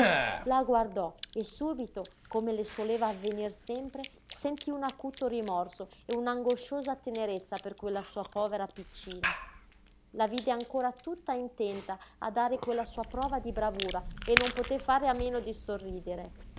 la guardò e subito come le soleva avvenir sempre sentí un acuto rimorso e un'angosciosa tenerezza per quella sua povera piccina la vide ancora tutta intenta a dare quella sua prova di bravura e non poté fare a meno di sorridere